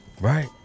Right